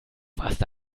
warst